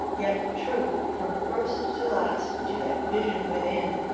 yet true from first to last to that vision within,